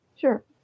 Sure